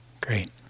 Great